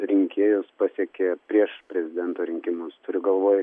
rinkėjus pasiekė prieš prezidento rinkimus turiu galvoj